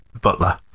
butler